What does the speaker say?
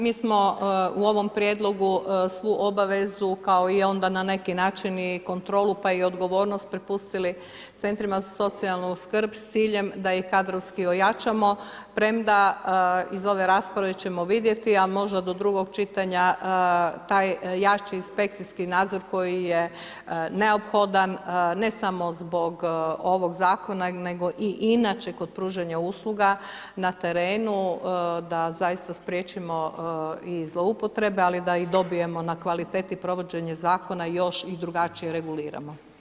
Mi smo u ovom Prijedlogu svu obavezu kao i onda na neki način i kontrolu, pa i odgovornost prepustili centrima za socijalnu skrb s ciljem da ih kadrovski ojačamo, premda iz ove rasprave ćemo vidjeti, a možda do drugog čitanja taj jači inspekcijski nadzor koji je neophodan ne samo zbog ovog Zakona, nego i inače kod pružanja usluga na terenu, da zaista spriječimo i zloupotrebe, ali da i dobijemo na kvaliteti provođenje Zakona još i drugačije reguliramo.